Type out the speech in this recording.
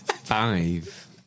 Five